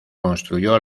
construyó